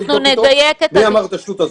אני אבדוק מי אמר את השטות הזו.